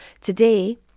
Today